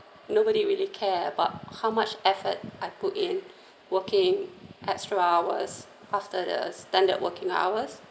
nobody really care about how much effort I put in working extra hours after the standard working hours